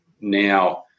now